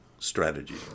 strategy